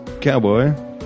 Cowboy